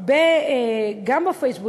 גם בפייסבוק,